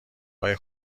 های